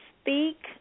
speak